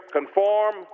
Conform